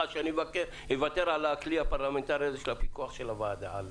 אני אוותר על הכלי הפרלמנטרי של הפיקוח של הוועדה.